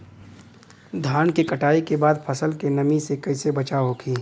धान के कटाई के बाद फसल के नमी से कइसे बचाव होखि?